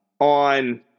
on